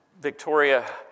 Victoria